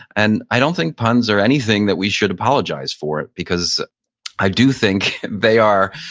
and i don't think puns are anything that we should apologize for it because i do think they are,